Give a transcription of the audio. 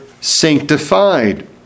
sanctified